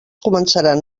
començaran